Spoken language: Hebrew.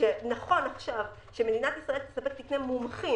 שנכון עכשיו שמדינת ישראל תספק תקני מומחים